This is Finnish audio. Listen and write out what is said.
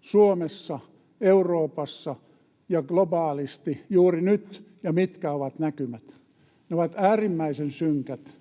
Suomessa, Euroopassa ja globaalisti juuri nyt ja mitkä ovat näkymät. Ne ovat äärimmäisen synkät.